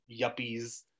yuppies